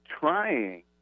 trying